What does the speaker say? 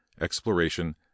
exploration